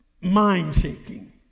mind-shaking